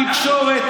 התקשורת,